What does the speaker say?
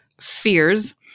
fears